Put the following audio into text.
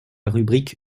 rubrique